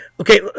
Okay